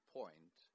point